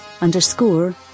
underscore